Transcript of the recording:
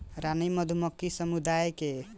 रानी मधुमक्खी समुदाय के खियवला के भी काम ना कर सकेले